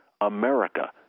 America